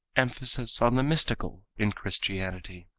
emphasis on the mystical in christianity